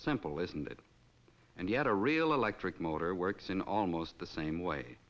simple isn't it and yet a real electric motor works in almost the same way